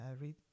read